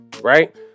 Right